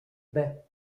baies